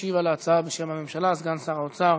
משיב על ההצעה בשם הממשלה סגן שר האוצר